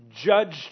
judged